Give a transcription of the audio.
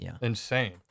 insane